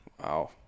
Wow